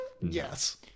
Yes